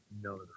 no